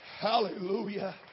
Hallelujah